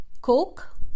Coke